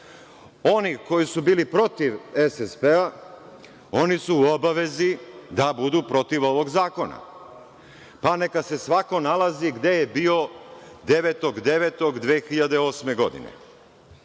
Oni koji su bili protiv SSP, oni su u obavezi da budu protiv ovog zakona, pa neka se svako nalazi gde je bio 9.9.2008. godine. Juče